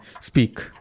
speak